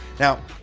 now,